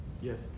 Yes